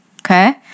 Okay